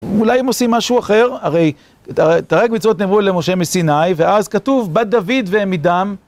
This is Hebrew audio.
ואולי הם עושים משהו אחר? הרי תרי"ג מצוות הביאו למשה מסיני ואז כתוב בת דוד ועמידם